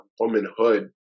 womanhood